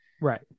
Right